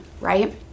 right